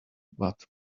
but